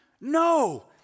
No